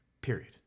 Period